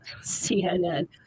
CNN